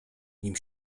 nim